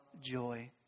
joy